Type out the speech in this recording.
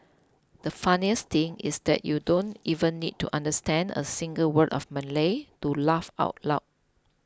the funniest thing is that you don't even need to understand a single word of Malay to laugh out loud